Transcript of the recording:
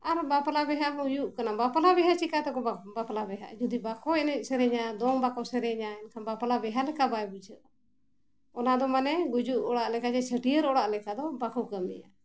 ᱟᱨ ᱵᱟᱯᱞᱟ ᱵᱤᱦᱟᱹ ᱦᱩᱭᱩᱜ ᱠᱟᱱᱟ ᱵᱟᱯᱞᱟ ᱵᱤᱦᱟᱹ ᱪᱤᱠᱟᱹᱛᱮᱠᱚ ᱵᱟᱯᱞᱟ ᱵᱤᱦᱟᱹᱜᱼᱟ ᱡᱩᱫᱤ ᱵᱟᱠᱚ ᱮᱱᱮᱡ ᱥᱮᱨᱮᱧᱟ ᱫᱚᱝ ᱵᱟᱠᱚ ᱥᱮᱨᱮᱧᱟ ᱮᱱᱠᱷᱟᱱ ᱵᱟᱯᱞᱟ ᱵᱤᱦᱟᱹ ᱞᱮᱠᱟ ᱵᱟᱭ ᱵᱩᱡᱷᱟᱹᱜᱼᱟ ᱚᱱᱟ ᱫᱚ ᱢᱟᱱᱮ ᱜᱩᱡᱩᱜ ᱚᱲᱟᱜ ᱞᱮᱠᱟ ᱜᱮ ᱪᱷᱟᱹᱴᱭᱟᱹᱨ ᱚᱲᱟᱜ ᱞᱮᱠᱟ ᱫᱚ ᱵᱟᱠᱚ ᱠᱟᱹᱢᱤᱭᱟ